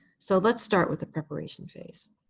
so let's start with the preparation phase.